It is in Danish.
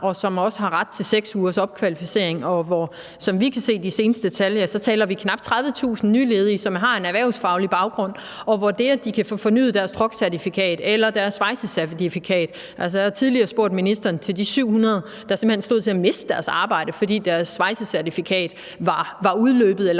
som også har ret til 6 ugers opkvalificering? Som vi kan se på de seneste tal, ja, så taler vi knap 30.000 nyledige, som har en erhvervsfaglig baggrund, og der handler det om, om de kan få fornyet deres truckcertifikat eller deres svejsecertifikat. Altså, jeg har tidligere spurgt ministeren til de 700, der simpelt hen stod til at miste deres arbejde, fordi deres svejsecertifikat var udløbet eller